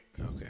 Okay